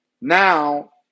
now